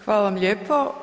Hvala vam lijepo.